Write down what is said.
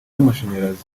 y’amashanyarazi